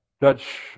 Dutch